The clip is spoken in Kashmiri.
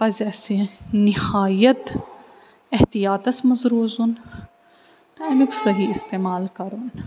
پَزِ اَسہِ نہایَت احتیاتَس منٛز روزُن تہٕ اَمیُک صحیح استعمال کَرُن